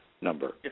number